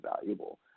valuable